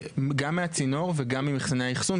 גם מהצינור וגם מהאחסון,